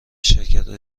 شرکت